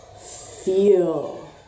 feel